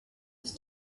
des